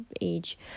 age